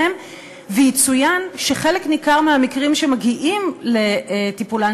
יצוין שחלק ניכר מהמקרים שמגיעים לטיפולן